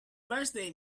birthday